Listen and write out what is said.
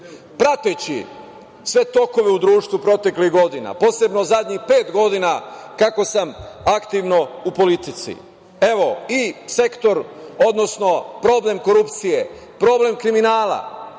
sve tokove u društvu proteklih godina, posebno zadnjih pet godina, kako sam aktivno u politici, evo i sektor, odnosno problem korupcije, problem kriminala,